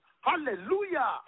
Hallelujah